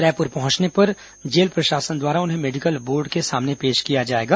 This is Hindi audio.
रायपुर पहुंचने पर जेल प्रशासन द्वारा उन्हें राज्य मेडिकल बोर्ड के सामने पेश किया जाएगा